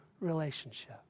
relationship